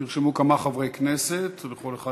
נרשמו כמה חברי כנסת, לכל אחד